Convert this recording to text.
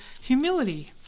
humility